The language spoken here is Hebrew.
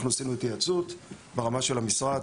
אנחנו עשינו התייעצות ברמה של המשרד,